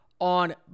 on